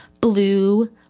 blue